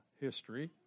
history